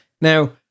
Now